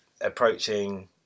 approaching